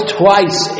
twice